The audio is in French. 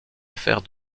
affaire